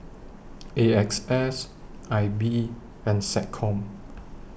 A X S I B and Seccom